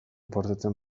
portatzen